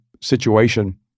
situation